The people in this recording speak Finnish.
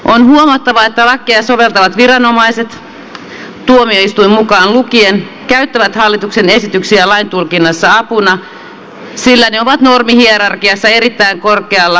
on huomattava että lakeja soveltavat viranomaiset tuomioistuin mukaan lukien käyttävät hallituksen esityksiä lain tulkinnassa apuna sillä ne ovat normihierarkiassa erittäin korkealla lain tulkintaohjeina